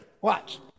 Watch